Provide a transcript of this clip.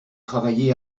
travaillez